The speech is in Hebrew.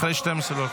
אחרי 00:00